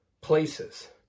places